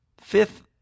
fifth